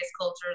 cultures